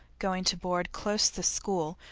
going to board close the school,